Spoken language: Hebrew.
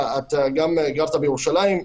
אתה גם גרת בירושלים,